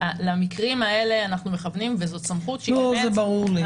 למקרים האלה אנחנו מכוונים וזאת סמכות --- זה ברור לי.